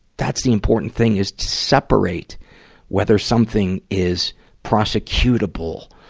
that's the important thing, is to separate whether something is prosecutable,